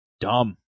dumb